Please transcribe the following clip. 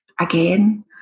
again